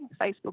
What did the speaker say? Facebook